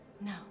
No